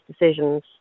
decisions